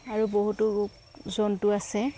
আৰু বহুতো জন্তু আছে